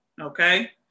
Okay